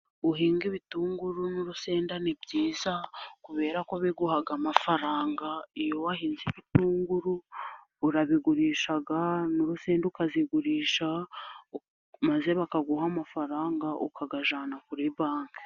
Guhinga ibitunguru n'urusenda ni byiza kubera ko biguha amafaranga. Iyo wahinze ibitunguru, urabigurisha n'urusenda ukarugurisha, maze bakaguha amafaranga, ukayajyana kuri banki.